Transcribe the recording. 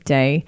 Day